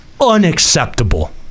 unacceptable